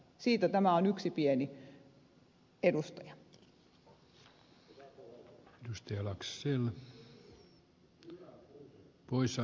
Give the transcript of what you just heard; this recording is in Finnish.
siitä tämä on yksi pieni edustaja